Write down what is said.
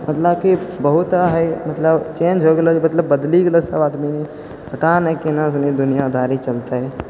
मतलब कि बहुत हइ मतलब चेंज हो गेलो छै मतलब बदलि गेलो छै सभआदमी पता नहि केना सनि दुनियादारी चलतै